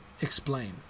explain